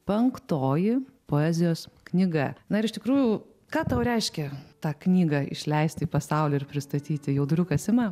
penktoji poezijos knyga na ir iš tikrųjų ką tau reiškia tą knygą išleisti į pasaulį ir pristatyti jauduliukas ima